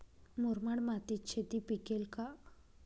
मुरमाड मातीत शेती पिकेल का?